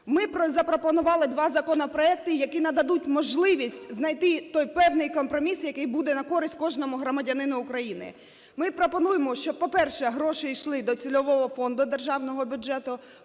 Ми запропонували два законопроекти, які нададуть можливість знайти той певний компроміс, який буде на користь кожному громадянину України. Ми пропонуємо, щоб, по-перше, гроші йшли до цільового фонду державного бюджету.